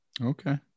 Okay